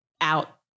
out